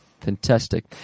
Fantastic